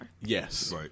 Yes